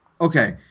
Okay